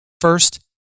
First